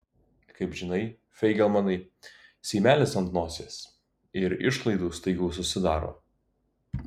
kaip žinai feigelmanai seimelis ant nosies ir išlaidų staigių susidaro